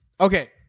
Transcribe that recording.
Okay